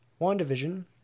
WandaVision